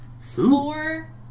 four